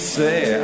say